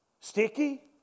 sticky